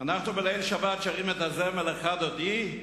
ליל שבת כולנו שרים את הזמר "לכה דודי"